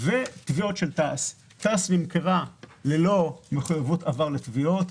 ותביעות של תע"ש תע"ש נמכרה ללא מחויבויות עבר לתביעות.